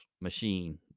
machine